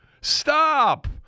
Stop